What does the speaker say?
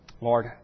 Lord